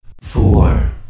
Four